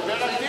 רגע,